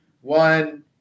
one